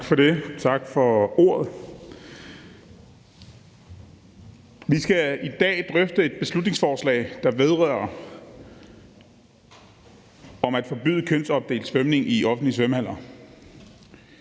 Tak for det. Tak for ordet. Vi skal i dag drøfte et beslutningsforslag om at forbyde kønsopdelt svømning i offentlige svømmehaller.